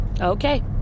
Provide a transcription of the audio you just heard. Okay